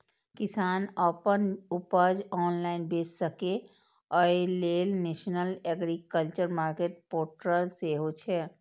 किसान अपन उपज ऑनलाइन बेच सकै, अय लेल नेशनल एग्रीकल्चर मार्केट पोर्टल सेहो छै